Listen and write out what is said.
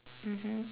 mmhmm